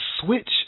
switch